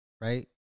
right